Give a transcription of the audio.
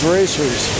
Racers